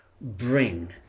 bring